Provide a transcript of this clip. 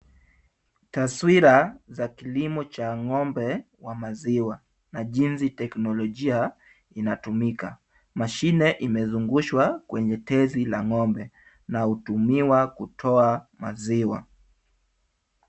Taswira za kilimo cha ng'ombe wa maziwa na jinsi teknolojia inatumika. Mashine imezungushwa kwenye tezi la ng'ombe na hutumiwa kutoa maziwa.